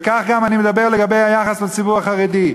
וכך גם אני מדבר לגבי היחס לציבור החרדי.